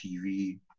TV